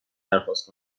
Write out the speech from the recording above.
درخواست